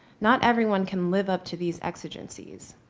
not everyone can live up to these exigencies.